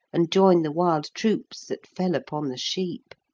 and join the wild troops that fell upon the sheep.